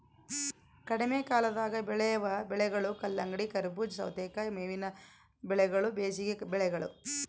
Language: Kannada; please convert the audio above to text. ಕಡಿಮೆಕಾಲದಾಗ ಬೆಳೆವ ಬೆಳೆಗಳು ಕಲ್ಲಂಗಡಿ, ಕರಬೂಜ, ಸವತೇಕಾಯಿ ಮೇವಿನ ಬೆಳೆಗಳು ಬೇಸಿಗೆ ಬೆಳೆಗಳು